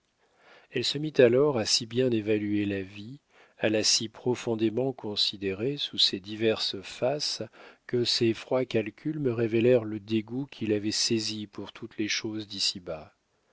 elle se mit alors à si bien évaluer la vie à la si profondément considérer sous ses diverses faces que ces froids calculs me révélèrent le dégoût qui l'avait saisie pour toutes les choses